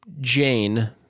Jane